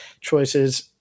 choices